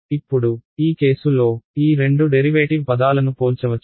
ఇప్పుడు ఈ కేసు లో ఈ రెండు డెరివేటివ్ పదాలను పోల్చవచ్చు